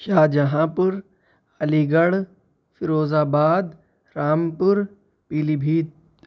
شاہجہاں پور Aligarh Firozabad Rampur پیلی بھیت